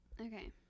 Okay